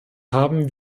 haben